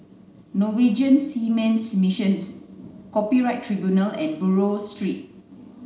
Norwegian Seamen's Mission Copyright Tribunal and Buroh Street